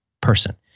person